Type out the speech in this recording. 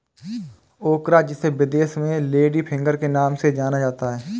ओकरा जिसे विदेश में लेडी फिंगर के नाम से जाना जाता है